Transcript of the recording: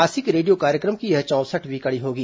मासिक रेडियो कार्यक्रम की यह चौंसठवीं कड़ी होगी